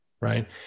right